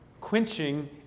quenching